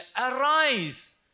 arise